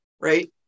Right